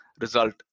result